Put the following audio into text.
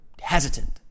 hesitant